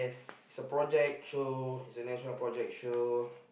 it's a project show it's a national project show